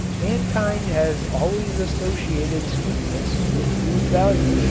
mankind has always associated sweetness with food value,